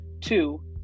Two